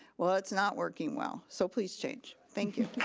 well it's not working well, so please change. thank you.